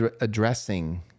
addressing